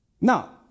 Now